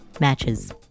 matches